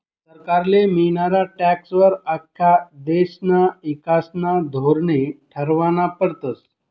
सरकारले मियनारा टॅक्सं वर आख्खा देशना ईकासना धोरने ठरावना पडतस